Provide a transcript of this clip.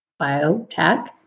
biotech